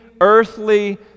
earthly